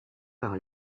par